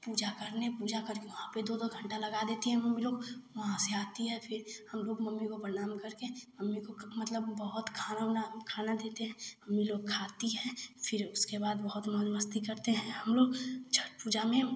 पूजा करने पूजा कर के वहाँ दो दो घंटा लगा देती हैं मम्मी लोग वहाँ से आती है फिर हम लोग मम्मी को प्रणाम कर के हम लोग मतलब बहुत खाना उना खाना देते हैं मम्मी लोग खाती है फिर उसके बाद बहुत मौज मस्ती करते हैं हम लोग छठ पूजा में